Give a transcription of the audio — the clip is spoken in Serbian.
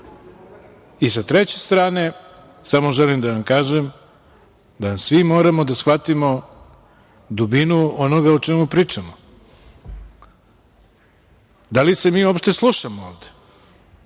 treće strane, samo želim da vam kažem da svi moramo da shvatimo dubinu onoga o čemu pričamo. Da li se mi uopšte slušamo ovde